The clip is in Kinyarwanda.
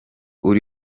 uri